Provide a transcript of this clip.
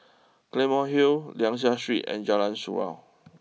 Claymore Hill Liang Seah Street and Jalan Surau